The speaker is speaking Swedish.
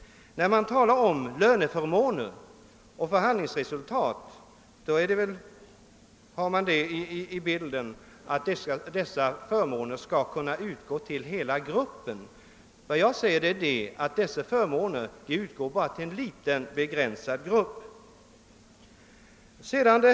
När man talar om löneförmåner och förhandlingsresultat, har man det i bilden att dessa förmåner skall kunna utgå till hela gruppen. Men dessa förmåner utgår bara till en liten, begränsad grupp.